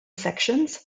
sections